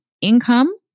income